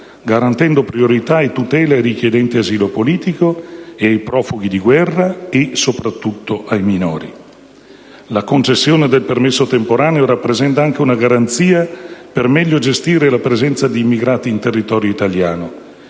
garantendo priorità e tutele ai richiedenti asilo politico ed ai profughi di guerra e, soprattutto, ai minori. La concessione del permesso temporaneo rappresenta anche una garanzia per meglio gestire la presenza di immigrati in territorio italiano.